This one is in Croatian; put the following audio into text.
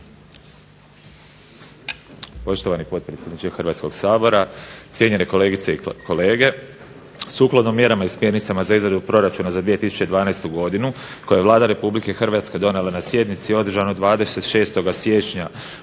Poštovani potpredsjedniče Hrvatskoga sabora, cijenjeni kolegice i kolege. Sukladno mjerama i smjernicama za izradu proračuna za 2012. godinu koji je Vlada Republike Hrvatske donijela na sjednici održanoj 26. siječnja